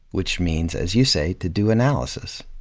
which means, as you say, to do analysis.